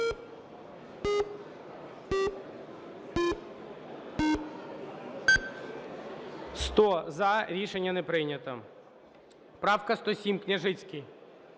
За-100 Рішення не прийнято. Правка 107, Княжицький.